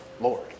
Lord